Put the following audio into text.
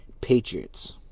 Patriots